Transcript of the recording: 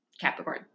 Capricorn